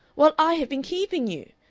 while i have been keeping you!